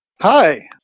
Hi